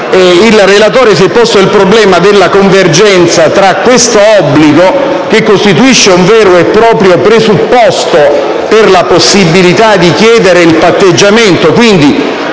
il relatore si è posto il problema della convergenza tra questo obbligo, che costituisce un vero e proprio presupposto per la possibilità di chiedere il patteggiamento